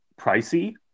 pricey